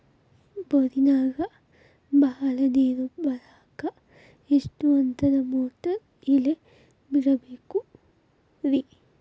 ಬೋರಿನಾಗ ಬಹಳ ನೇರು ಬರಾಕ ಎಷ್ಟು ಹಂತದ ಮೋಟಾರ್ ಇಳೆ ಬಿಡಬೇಕು ರಿ?